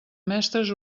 mestres